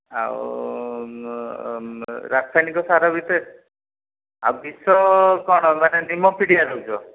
ଆଉ ରାସାୟନିକ ସାର ଭିତରେ ଆଉ ବିଷ କ'ଣ ନିମ ପିଡିଆ ଦେଉଛ